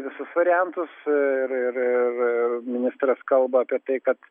visus variantus ir ir ir ministras kalba apie tai kad